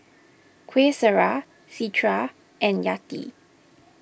Qaisara Citra and Yati